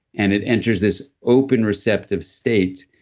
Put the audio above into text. and it enters this open, receptive state.